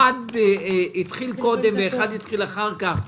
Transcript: אחד התחיל קודם ואחד התחיל אחר כך,